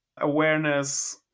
awareness